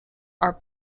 are